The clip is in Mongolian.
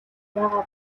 байгаа